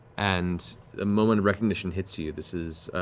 and the moment of recognition hits you, this is